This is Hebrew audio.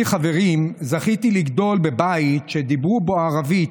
אני, חברים, זכיתי לגדול בבית שדיברו בו ערבית: